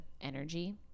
energy